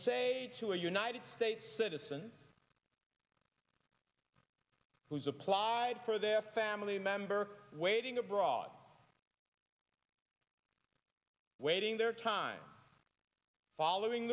say to a united states citizen who's applied for their family member waiting abroad waiting their time following